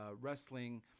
wrestling